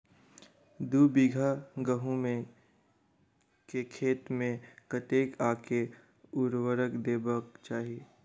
दु बीघा गहूम केँ खेत मे कतेक आ केँ उर्वरक देबाक चाहि?